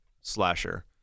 slasher